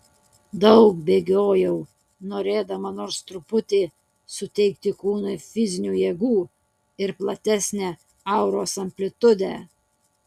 daug bėgiojau norėdama nors truputį suteikti kūnui fizinių jėgų ir platesnę auros amplitudę